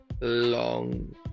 long